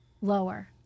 lower